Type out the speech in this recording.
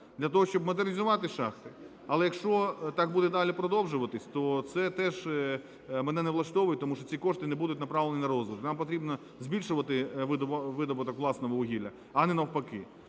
для того, щоб модернізувати шахти. Але, якщо так буде далі продовжуватись, то це теж мене не влаштовує. Тому що ці кошти не будуть направлені на розвиток. Нам потрібно збільшувати видобуток власного вугілля, а не навпаки.